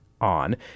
on